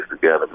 together